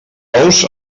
ous